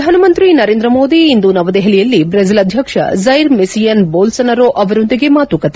ಪ್ರಧಾನಮಂತ್ರಿ ನರೇಂದ್ರ ಮೋದಿ ಇಂದು ನವದೆಹಲಿಯಲ್ಲಿ ಬ್ರೆಜಿಲ್ ಅಧ್ಯಕ್ಷ ಜ್ಟೆರ್ ಮೆಸಿಯಾಸ್ ಬೋಲ್ಫೋನರೋ ಅವರೊಂದಿಗೆ ಮಾತುಕತೆ